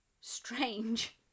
strange